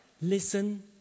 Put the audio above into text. listen